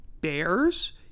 Bears